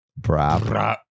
Brap